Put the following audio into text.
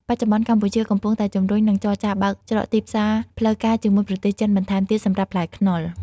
បច្ចុប្បន្ន កម្ពុជាកំពុងតែជំរុញ និងចរចាបើកច្រកទីផ្សារផ្លូវការជាមួយប្រទេសចិនបន្ថែមទៀតសម្រាប់ផ្លែខ្នុរ។